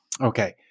Okay